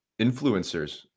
Influencers